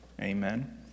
Amen